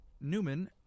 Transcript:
newman